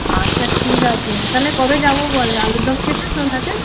আচ্ছা ঠিক আছে তাহলে কবে যাবো বল আলুর দম খেতে তোর হাতে